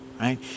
right